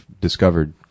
discovered